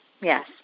Yes